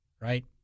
right